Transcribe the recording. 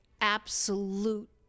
absolute